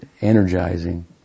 energizing